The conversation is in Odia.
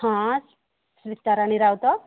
ହଁ ସ୍ମିତାରାଣୀ ରାଉତ